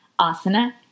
asana